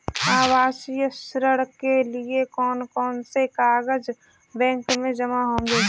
आवासीय ऋण के लिए कौन कौन से कागज बैंक में जमा होंगे?